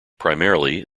primarily